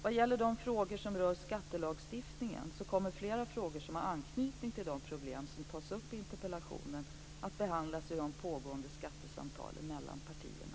Vad gäller de frågor som rör skattelagstiftningen kommer flera frågor, som har anknytning till de problem som tas upp i interpellationen, att behandlas i de pågående skattesamtalen mellan partierna.